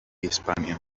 hispània